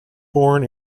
born